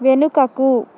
వెనుకకు